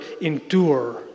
endure